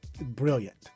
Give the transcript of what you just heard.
brilliant